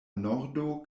nordo